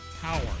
Power